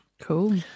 Cool